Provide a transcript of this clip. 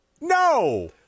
No